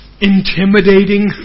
intimidating